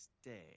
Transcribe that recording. stay